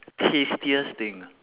tastiest thing ah